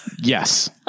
Yes